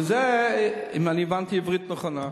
זה אם הבנתי עברית נכונה.